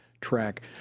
track